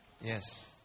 Yes